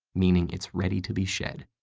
meaning it's ready to be shed.